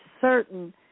certain